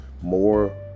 more